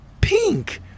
Pink